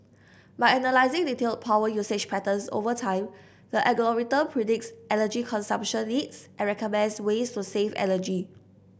by analysing detailed power usage patterns over time the algorithm predicts energy consumption needs and recommends ways to save energy